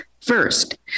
First